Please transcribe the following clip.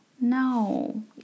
No